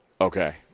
Okay